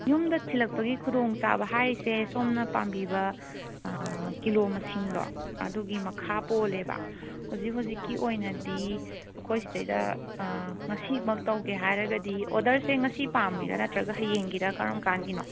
ꯌꯨꯝꯗ ꯊꯤꯜꯂꯛꯄꯒꯤ ꯈꯨꯗꯣꯡ ꯆꯥꯕ ꯍꯥꯏꯔꯤꯁꯦ ꯁꯣꯝꯅ ꯄꯥꯝꯕꯤꯕ ꯀꯤꯂꯣ ꯃꯁꯤꯡꯗꯣ ꯑꯗꯨꯒꯤ ꯃꯈꯥ ꯄꯣꯜꯂꯦꯕ ꯍꯧꯖꯤꯛ ꯍꯧꯖꯤꯛꯀꯤ ꯑꯣꯏꯅꯗꯤ ꯑꯩꯈꯣꯏ ꯁꯤꯗ ꯉꯁꯤꯃꯛ ꯇꯧꯒꯦ ꯍꯥꯏꯔꯒꯗꯤ ꯑꯣꯗꯔꯁꯦ ꯉꯁꯤ ꯄꯥꯝꯃꯤꯔꯥ ꯅꯠꯇ꯭ꯔꯒ ꯍꯌꯦꯡꯒꯤꯔꯥ ꯀꯔꯝ ꯀꯥꯟꯒꯤꯅꯣ